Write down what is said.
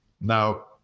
Now